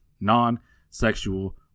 non-sexual